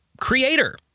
Creator